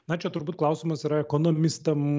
na čia turbūt klausimas yra ekonomistam